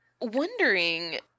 Wondering